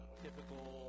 typical